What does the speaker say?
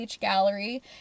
Gallery